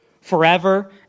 forever